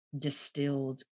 distilled